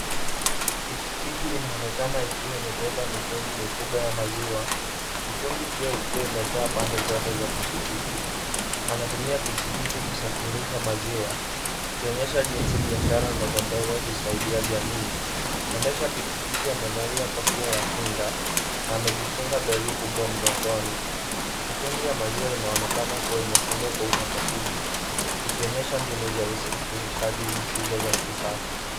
Pikipiki inaonekana ikiwa imebeba mitungi mikubwa ya maziwa. Mitungi hiyo ikiwa imejaa pande zote za pikipiki. Anatumia pikipiki kusafirisha maziwa. Akionyesha jinsi biashara ndogo ndogo husaidia jamii. Muendesha pikipiki amevalia kofia ya kinga na amejifunga begi kubwa mgongoni. Mitungi ya maziwa imeonekana kuwa imefungwa kwa utaratibu, Ikionyesha mbinu za usafirishaji zisizo za kisasa.